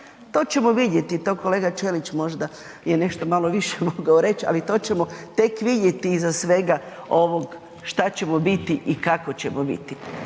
to ćemo vidjeti, to kolega Ćelić je možda nešto malo više mogao reć, ali to ćemo tek vidjeti iza svega ovog šta ćemo biti i kako ćemo biti.